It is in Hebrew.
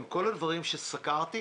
עם כל הדברים שסקרתי,